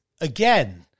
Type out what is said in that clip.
again